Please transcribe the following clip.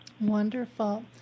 Wonderful